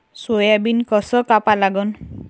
Soybean कस कापा लागन?